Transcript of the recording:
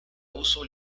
uso